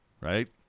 Right